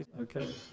Okay